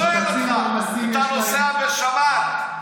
שואל אותך אם אתה נוסע בשבת.